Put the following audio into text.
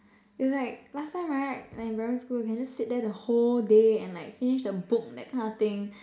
it's like last time right when in primary school you can just sit there the whole day and like finish the book that kind of thing